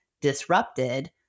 disrupted